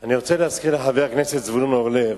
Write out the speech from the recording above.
אני רוצה להזכיר לחבר הכנסת זבולון אורלב,